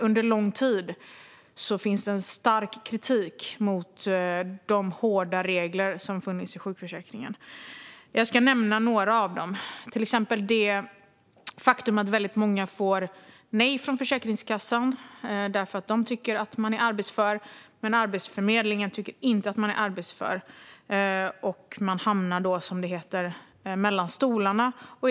Under lång tid har det funnits en stark kritik mot de hårda reglerna i sjukförsäkringen. Jag ska nämna några av dem, till exempel det faktum att många får mejl från Försäkringskassan om att man tycker att de är arbetsföra. Men Arbetsförmedlingen tycker inte att de är arbetsföra, och då hamnar de mellan stolarna, som det heter.